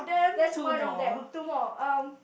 that's one of them two more um